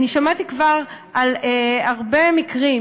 אני שמעתי כבר על הרבה מקרים